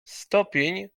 stopień